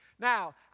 Now